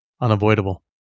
Unavoidable